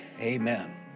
Amen